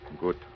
Good